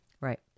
Right